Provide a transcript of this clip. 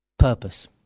Purpose